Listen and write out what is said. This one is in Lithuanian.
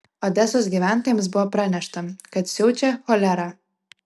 odesos gyventojams buvo pranešta kad siaučia cholera